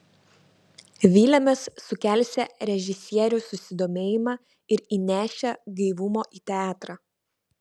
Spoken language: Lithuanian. vylėmės sukelsią režisierių susidomėjimą ir įnešią gaivumo į teatrą